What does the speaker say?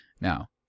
Now